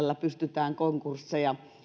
tällä pystytään konkursseja